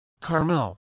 Carmel